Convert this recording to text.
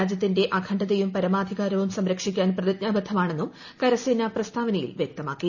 രാജ്യത്തിന്റെ അഖണ്ഡതയും പരമാധികാരവും സംരക്ഷിക്കാൻ പ്രതിജ്ഞാബദ്ധമാണെന്നും കരസേന പ്രസ്താവനയിൽ വൃക്തമാക്കി